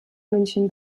münchen